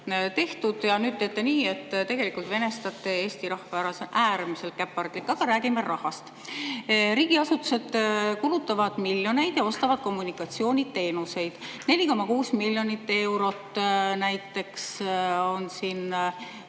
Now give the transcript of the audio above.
tehtud. Nüüd teete nii, et tegelikult venestate eesti rahva ära. See on äärmiselt käpardlik. Aga räägime rahast. Riigiasutused kulutavad miljoneid, et osta kommunikatsiooniteenuseid. 4,6 miljonit eurot on